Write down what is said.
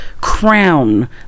crown